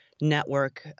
network